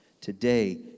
Today